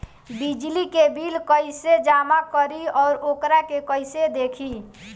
बिजली के बिल कइसे जमा करी और वोकरा के कइसे देखी?